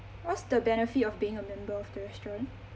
what's the benefit of being a member of the restaurant